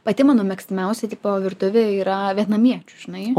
pati mano mėgstamiausia tipo virtuvė yra vietnamiečių žinai